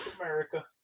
America